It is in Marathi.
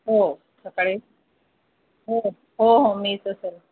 हो सकाळी हो हो हो मीच असेल